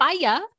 fire